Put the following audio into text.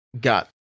got